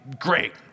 great